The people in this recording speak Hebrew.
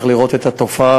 צריך לראות את התופעה,